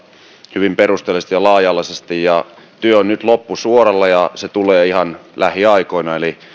hyvin perusteellisesti ja laaja alaisesti työ on nyt loppusuoralla ja se tulee ihan lähiaikoina eli